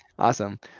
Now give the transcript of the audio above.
Awesome